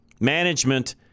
Management